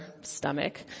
stomach